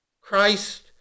Christ